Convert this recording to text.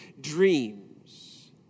dreams